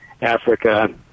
Africa